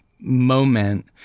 moment